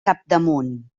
capdamunt